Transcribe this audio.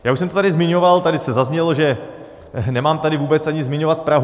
Já už jsem to tady zmiňoval, tady to zaznělo, že nemám tady vůbec ani zmiňovat Prahu.